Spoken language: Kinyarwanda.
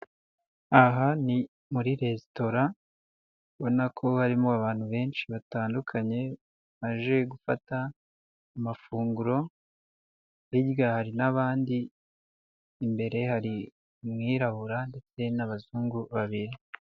Aha ni muri resitora ubona ko harimo abantu benshi batandukanye baje gufata amafunguro, hirya hari n'abandi, imbere hari umwirabura ndetse n'abazungu babiri.